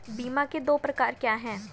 बीमा के दो प्रकार क्या हैं?